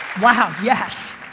wow, yes.